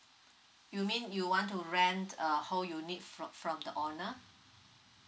you mean you want to rent a whole unit from from the owner